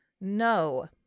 No